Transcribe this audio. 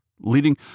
leading